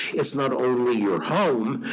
it's not only your home,